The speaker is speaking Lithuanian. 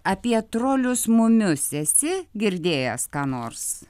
apie trolius mumius esi girdėjęs ką nors